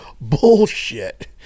Bullshit